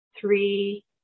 three